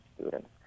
students